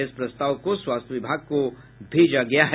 इस प्रस्ताव को स्वास्थ्य विभाग को भेजा गया है